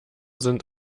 sind